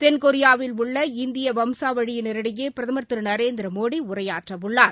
தென்கொரியாவில் உள்ள இந்திய வம்சவழியினரிடையே பிரதமர் திரு நரேந்திர மோடி உரையாற்றவுள்ளார்